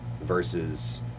versus